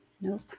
Nope